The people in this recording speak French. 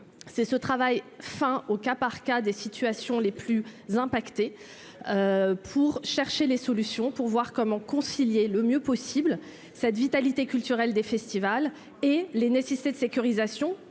c'est ce travail enfin au cas par cas des situations les plus impactés pour chercher les solutions pour voir comment concilier le mieux possible, cette vitalité culturelle des festivals et les nécessités de sécurisation